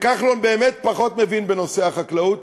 וכחלון באמת פחות מבין בנושא החקלאות,